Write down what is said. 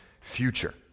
future